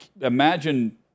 imagine